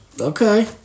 Okay